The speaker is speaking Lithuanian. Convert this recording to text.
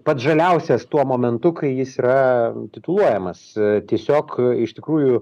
pats žaliausias tuo momentu kai jis yra tituluojamas tiesiog iš tikrųjų